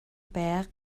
pek